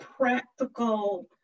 practical